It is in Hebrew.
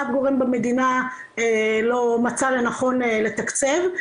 אף גורם במדינה לא מצא לנכון לתקצב.